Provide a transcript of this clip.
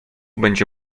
będzie